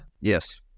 Yes